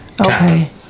Okay